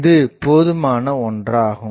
இது போதுமான ஒன்றாகும்